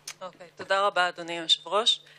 מתוך תקווה שהוועדה תשקול בחיוב את קידום ההצעה.